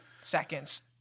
seconds